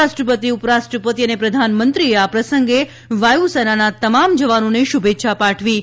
રાષ્ટ્રપતિ ઉપરાષ્ટ્રપતિ અને પ્રધાનમંત્રીએ આ પ્રસંગે વાયુસેનાના તમામ જવાનોને શુભેચ્છા પાઠવી છે